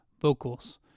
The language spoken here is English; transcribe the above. vocals